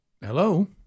Hello